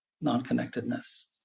non-connectedness